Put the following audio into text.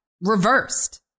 reversed